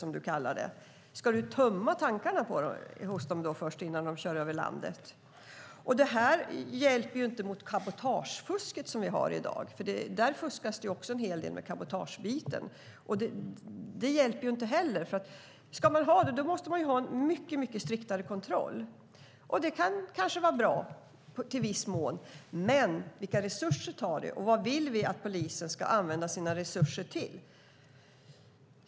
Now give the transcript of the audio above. Ska man tömma deras bensintankar innan de far in i landet? Det hjälper inte mot cabotagefusket. Det fuskas en hel del med cabotage. Man måste ha en mycket striktare kontroll. Det kanske kan vara bra, men vilka resurser tar det, och vad vill vi att polisen ska använda sina resurser till?